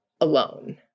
alone